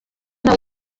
nawe